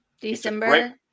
December